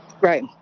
Right